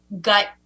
gut